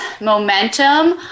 momentum